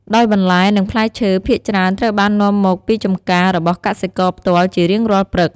ដោយបន្លែ និងផ្លែឈើ ភាគច្រើនត្រូវបាននាំមកពីចម្ការរបស់កសិករផ្ទាល់ជារៀងរាល់ព្រឹក។